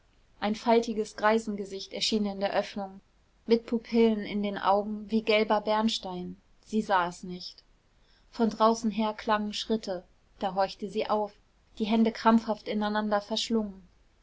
ein faltiges greisengesicht erschien in der öffnung mit pupillen in den augen wie gelber bernstein sie sah es nicht von draußen her klangen schritte da horchte sie auf die hände krampfhaft ineinander verschlungen